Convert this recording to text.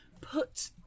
put